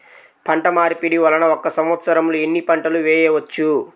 పంటమార్పిడి వలన ఒక్క సంవత్సరంలో ఎన్ని పంటలు వేయవచ్చు?